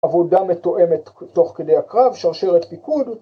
‫עבודה מטועמת תוך כדי הקרב, ‫שרשרת פיקוד.